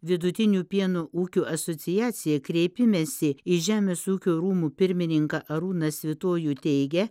vidutinių pieno ūkių asociacija kreipimesi į žemės ūkio rūmų pirmininką arūną svitojų teigia